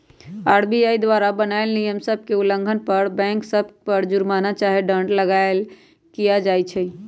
RBI द्वारा बनाएल नियम सभ के उल्लंघन पर बैंक सभ पर जुरमना चाहे दंड लगाएल किया जाइ छइ